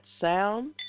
sound